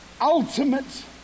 ultimate